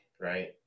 right